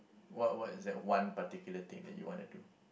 what what is that one particular thing that you wanna do